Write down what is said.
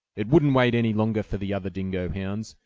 it wouldn't wait any longer for the other dingo hounds.